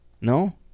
No